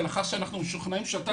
לאחר שאנחנו משוכנעים שהאתר צריך את זה.